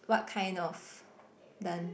what kind of done